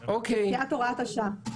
כן, מפקיעת הוראת השעה.